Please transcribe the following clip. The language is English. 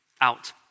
out